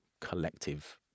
collective